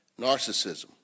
Narcissism